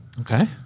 Okay